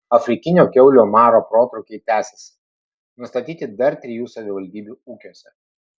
afrikinio kiaulių maro protrūkiai tęsiasi nustatyti dar trijų savivaldybių ūkiuose